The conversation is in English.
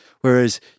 whereas